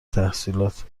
تحصیلات